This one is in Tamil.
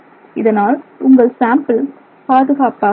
இதனால் உங்கள் சாம்பிள் பாதுகாப்பாக உள்ளது